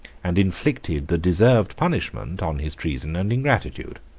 and inflicted the deserved punishment on his treason and ingratitude.